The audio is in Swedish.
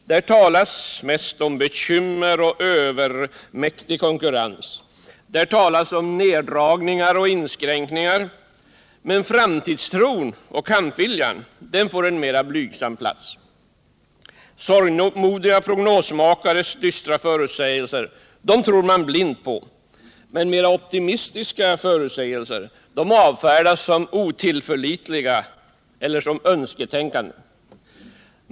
Där talas mest om bekymmer och övermäktig konkurrens. Där talas om neddragningar och inskränkningar, men framtidstron och kampviljan får en mera blygsam plats. Sorgmodiga prognosmakares dystra spådomar tror man blint på, men mera optimistiska förutsägelser avfärdas som otillförlitliga eller som önsketänkande.